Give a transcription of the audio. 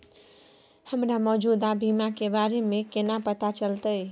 हमरा मौजूदा बीमा के बारे में केना पता चलते?